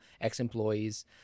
ex-employees